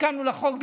הסכמנו לחוק.